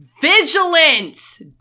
Vigilance